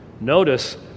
Notice